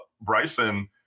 Bryson